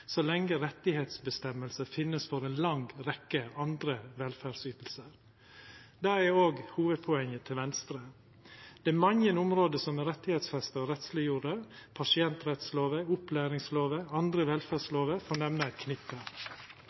så lenge rettighetsbestemmelser finnes for en lang rekke andre velferdsytelser.» Det er jo òg hovudpoenget til Venstre. Det er mange område som er rettsfesta og rettsleggjorde: pasientrettslova, opplæringslova, andre velferdslover – for